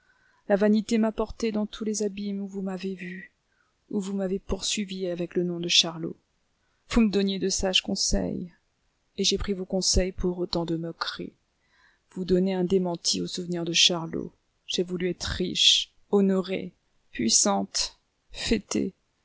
la vanité m'a portée dans tous les abîmes où vous m'avez vue où vous m'avez poursuivie avec le nom de charlot vous me donniez de sages conseils et j'ai pris vos conseils pour autant de moqueries pour donner un démenti au souvenir de charlot j'ai voulu être riche honorée puissante fêtée